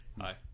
Hi